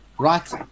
Right